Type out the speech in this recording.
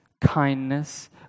kindness